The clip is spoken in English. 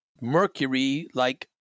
Mercury-like